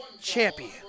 Champion